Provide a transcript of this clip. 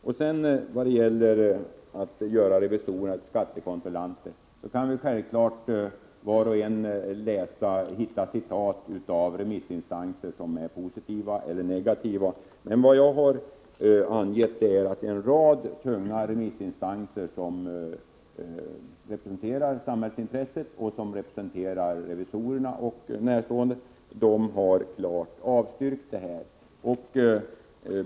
Vad sedan gäller att göra revisorerna till skattekontrollanter, kan självfallet var och en hitta citat av remissinstanser som är positiva eller negativa. Vad jag har anfört är att en rad tunga remissinstanser, som representerar såväl samhällsintressen som revisorerna har klart avstyrkt detta.